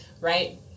right